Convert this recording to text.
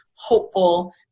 hopeful